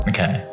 Okay